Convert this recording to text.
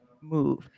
move